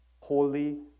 Holy